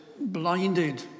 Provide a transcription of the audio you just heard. blinded